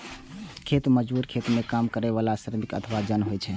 खेत मजदूर खेत मे काम करै बला श्रमिक अथवा जन होइ छै